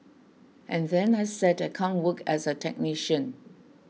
and then I said I can't work as a technician